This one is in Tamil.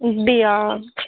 அப்படியா